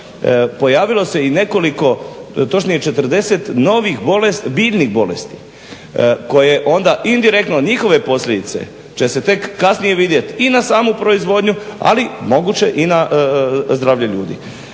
pojavilo se i nekoliko, točnije 40 novih biljnih bolesti koje onda indirektno njihove posljedice će se tek kasnije vidjet i na samu proizvodnju, ali moguće i na zdravlje ljudi.